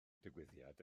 digwyddiad